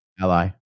ally